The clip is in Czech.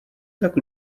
tak